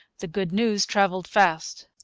the good news travelled fast.